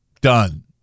Done